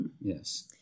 Yes